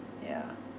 yeah